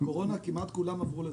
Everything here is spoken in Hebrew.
בקורונה כמעט כולם עברו לזה.